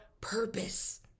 purpose